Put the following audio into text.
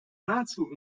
nahezu